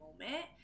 moment